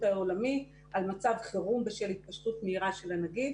העולמי על מצב חירום בשל התפשטות מהירה של הנגיף,